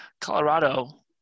Colorado